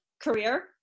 career